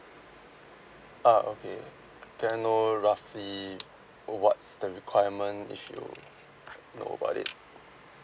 ah okay can I know roughly what's the requirement I should know about it